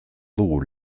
dugu